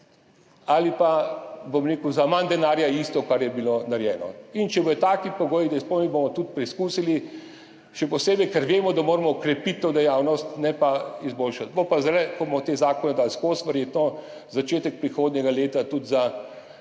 ali pa, bom rekel, za manj denarja enako, kot kar je bilo narejeno. In če bodo taki pogoji, da izpolnijo, bomo tudi preizkusili, še posebej, ker vemo, da moramo okrepiti to dejavnost, ne pa izboljšati. Bo pa zdajle, ko bomo te zakone dali skozi, verjetno začetek prihodnjega leta, tudi za